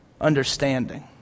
understanding